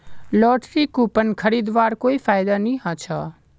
lottery coupon खरीदवार कोई फायदा नी ह छ